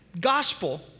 Gospel